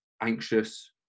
anxious